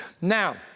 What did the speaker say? Now